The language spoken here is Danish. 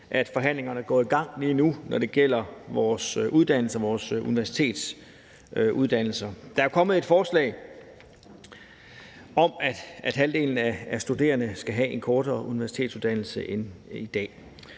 at forhandlingerne om vores uddannelser og vores universitetsuddannelser går i gang lige nu. Der er jo kommet et forslag om, at halvdelen af de studerende skal have en kortere universitetsuddannelse end i dag,